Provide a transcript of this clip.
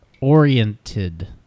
Oriented